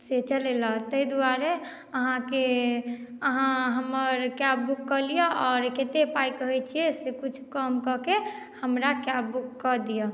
से चलय लेल ताहि द्वारे अहाँके अहाँ हमर कैब बुक कऽ लिअ आओर कतेक पाइ कहैत छियै से किछु कम कऽ के हमरा कैब बुक कऽ दिअ